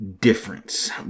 difference